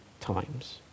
times